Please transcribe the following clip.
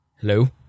Hello